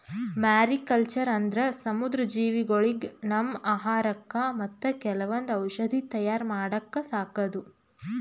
mariculture ಅಂದ್ರ ಸಮುದ್ರ ಜೀವಿಗೊಳಿಗ್ ನಮ್ಮ್ ಆಹಾರಕ್ಕಾ ಮತ್ತ್ ಕೆಲವೊಂದ್ ಔಷಧಿ ತಯಾರ್ ಮಾಡಕ್ಕ ಸಾಕದು